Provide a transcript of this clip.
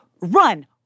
run